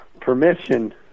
permission